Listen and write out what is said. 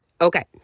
Okay